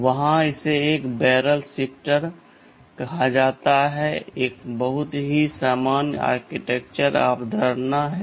और वहाँ इसे एक बैरल शिफ्टर कहा जाता है एक बहुत ही सामान्य आर्किटेक्चरल अवधारणा है